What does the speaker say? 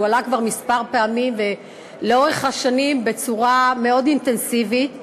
הוא עלה כבר כמה פעמים ולאורך השנים בצורה מאוד אינטנסיבית,